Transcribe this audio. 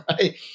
right